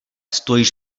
stojíš